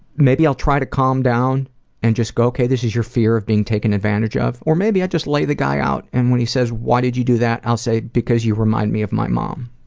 maybe i'll try to calm down and just go, ok, this is your fear of being taken advantage of. or maybe i'll just lay the guy out and when he says, why did you that? i'll say, because you remind me of my mom.